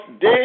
day